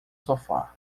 sofá